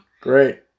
great